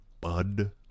Bud